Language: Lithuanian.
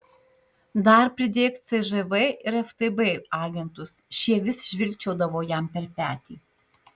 dar pridėk cžv ir ftb agentus šie vis žvilgčiodavo jam per petį